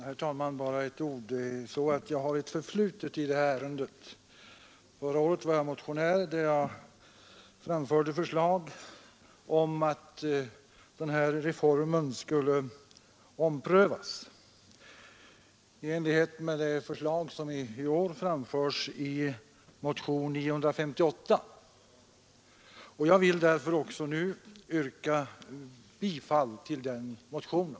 Herr talman! Bara ett par ord! Jag har ett förflutet i detta ärende. Förra året var jag motionär och framförde därvid förslag om att denna reform skulle omprövas i enlighet med det förslag som i år framförs i motionen 958. Jag vill därför nu yrka bifall till den motionen.